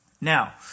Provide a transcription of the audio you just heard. Now